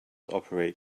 operate